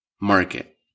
market